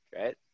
right